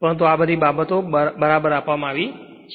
પરંતુ આ બધી બાબતો બરાબર આપવામાં આવી છે